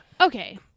Okay